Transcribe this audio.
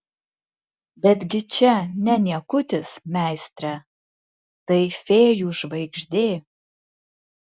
betgi čia ne niekutis meistre tai fėjų žvaigždė